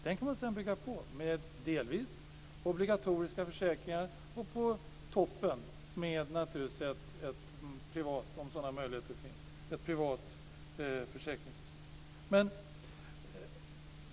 Denna kan man sedan bygga på, delvis med obligatoriska försäkringar. Och på toppen kan man naturligtvis, om sådana möjligheter finns, ha ett privat försäkringssystem.